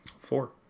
four